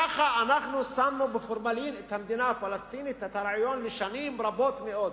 ככה אנחנו שמנו בפורמלין את רעיון המדינה הפלסטינית לשנים רבות מאוד.